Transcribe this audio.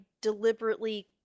deliberately